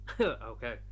Okay